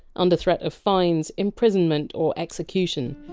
under threat of fines, imprisonment or execution,